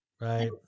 Right